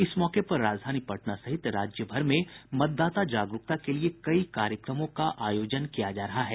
इस मौके पर राजधानी पटना सहित राज्यभर में मतदाता जागरूकता के लिए कई कार्यक्रमों का आयोजन किया जा रहा है